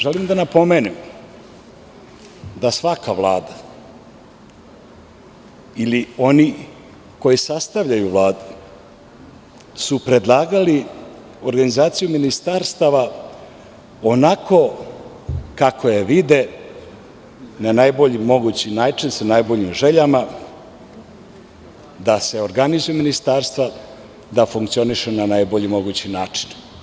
Želim da napomenem da svaka vlada ili oni koji sastavljaju Vladu su predlagali organizaciju ministarstava onako kako je vide na najbolji mogući način, sa najboljim željama da se organizuju ministarstva, da funkcioniše na najbolji mogući način.